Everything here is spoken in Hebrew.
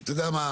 את היודע מה?